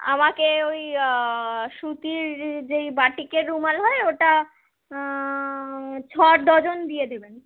আমাকে ওই সুতির যেই বাটিকের রুমাল হয় ওটা ছ ডজন দিয়ে দেবেন